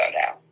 now